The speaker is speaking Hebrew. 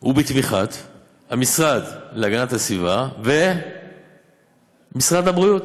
ובתמיכה של המשרד להגנת הסביבה, ומשרד הבריאות.